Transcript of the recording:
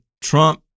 Trump